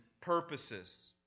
purposes